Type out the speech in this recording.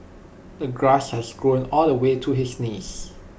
the grass has grown all the way to his knees